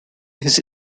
his